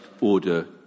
order